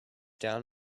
down